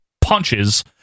punches